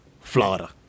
Florida